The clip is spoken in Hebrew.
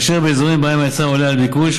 ובאזורים שבהם ההיצע עולה על הביקוש,